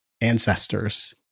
ancestors